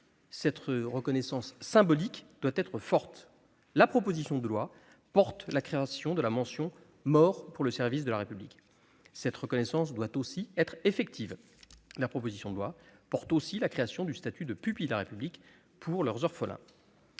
parce qu'elle est symbolique, doit aussi être forte. La proposition de loi porte la création de la mention « Mort pour le service de la République ». Cette reconnaissance doit également être effective. La proposition de loi porte aussi la création du statut de « pupille de la République » pour les orphelins